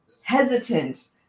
hesitant